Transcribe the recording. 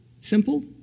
Simple